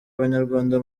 abanyarwanda